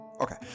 Okay